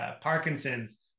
Parkinson's